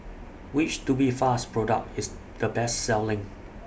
Which Tubifast Product IS The Best Selling